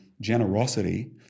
generosity